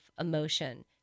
emotion